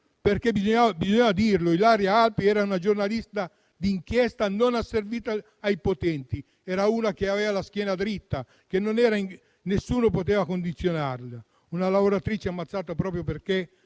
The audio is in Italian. morte. Bisogna dirlo: Ilaria Alpi era una giornalista d'inchiesta non asservita ai potenti; era una persona che aveva la schiena dritta e che nessuno poteva condizionare: una lavoratrice ammazzata proprio perché